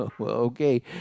okay